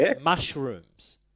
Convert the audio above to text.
mushrooms